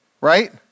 right